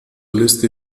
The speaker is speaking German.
liste